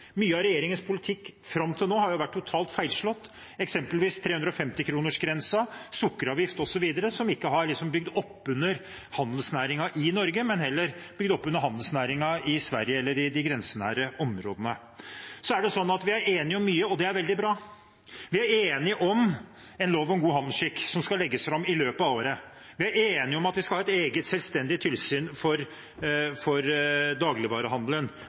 Mye av regjeringens politikk fram til nå har vært totalt feilslått, eksempelvis 350-kronersgrensen, sukkeravgift osv., som ikke har bygd opp under handelsnæringen i Norge, men heller bygd opp under handelsnæringen i Sverige eller i de grensenære områdene. Så er det sånn at vi er enige om mye, og det er veldig bra. Vi er enige om en lov om god handelsskikk, som skal legges fram i løpet av året. Vi er enige om at vi skal ha et eget selvstendig tilsyn for dagligvarehandelen. Og vi ønsker ytterligere tiltak for